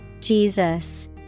Jesus